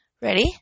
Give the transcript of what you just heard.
Ready